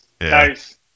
Nice